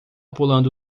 pulando